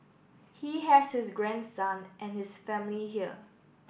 he has his grandson and his family here